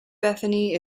bethany